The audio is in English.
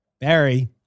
Barry